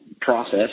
process